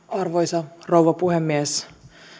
arvoisa rouva puhemies